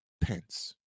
Pence